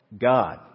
God